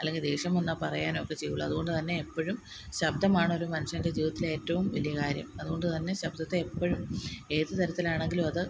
അല്ലങ്കി ദേഷ്യം വന്നാൽ പറയാനുമൊക്കെ ചെയ്യുള്ളു അതുകൊണ്ട് തന്നെ എപ്പോഴും ശബ്ദമാണ് ഒരു മനുഷ്യൻ്റെ ജീവിതത്തിലെ ഏറ്റവും വലിയ കാര്യം അതുകൊണ്ട് തന്നെ ശബ്ദത്തെ എപ്പോഴും ഏത് തരത്തിലാണങ്കിലും അത്